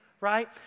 right